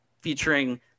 featuring